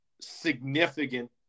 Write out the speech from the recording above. significant